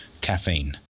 caffeine